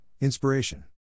Inspiration